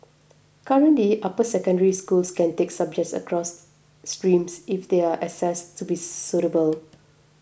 currently upper secondary students can take subjects across streams if they are assessed to be suitable